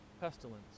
pestilence